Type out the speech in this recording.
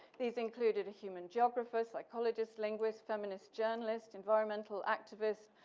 these included human geographers, psychologists, linguists, feminist journalist, environmental activists,